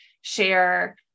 share